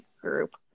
group